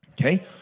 Okay